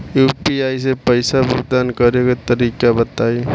UPI से पईसा भुगतान करे के तरीका बताई?